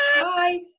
bye